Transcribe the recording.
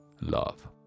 love